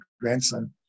grandson